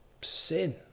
sin